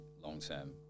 long-term